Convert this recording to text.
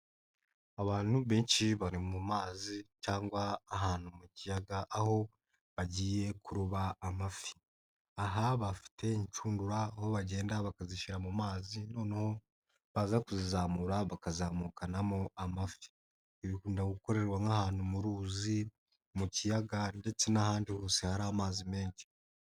Abantu benshi bari mu mazi cyangwa ahantu mu kiyaga, aho bagiye kuroba amafi. Aha bafite inshudura aho bagenda bakazishyira mu mazi noneho baza kuzizamura, bakazamukanamo amafi. Ibi bikunda gukorerwa nk'ahantu mu ruzi, mu kiyaga ndetse n'ahandi hose hari amazi menshi.